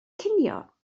cinio